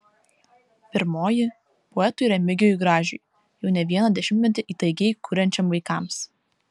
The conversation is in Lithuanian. pirmoji poetui remigijui gražiui jau ne vieną dešimtmetį įtaigiai kuriančiam vaikams